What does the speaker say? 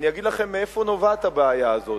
אני אגיד לכם מאיפה נובעת הבעיה הזאת.